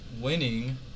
winning